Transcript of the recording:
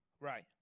right